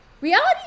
reality